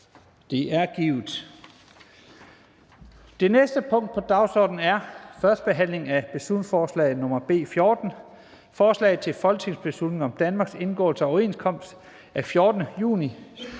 Det er givet. --- Det næste punkt på dagsordenen er: 2) 1. behandling af beslutningsforslag nr. B 14: Forslag til folketingsbeslutning om Danmarks indgåelse af overenskomst af 14. juni